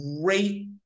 great